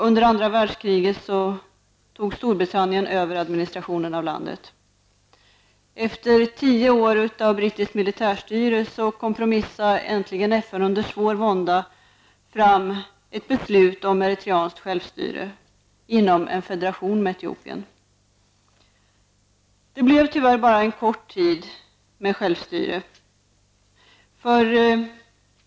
Under andra världskriget tog Storbritannien över administrationen av landet. Efter 10 år av brittiskt militärstyre kompromissade äntligen FNs under svår vånda fram till ett beslut om eritreanskt självstyre inom en federation med Etiopien. Det blev tyvärr bara en kort tid av självstyre.